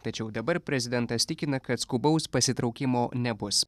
tačiau dabar prezidentas tikina kad skubaus pasitraukimo nebus